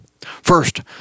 First